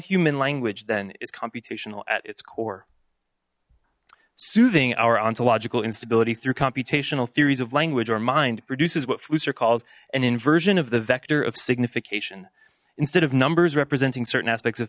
human language then is computational at its core soothing our ontological instability through computational theories of language or mind produces what flutes are calls an inversion of the vector of signification instead of numbers representing certain aspects of